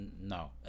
no